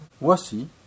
voici